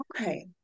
Okay